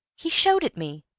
he showed it me.